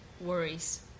worries